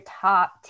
top